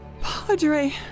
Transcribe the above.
Padre